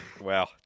Wow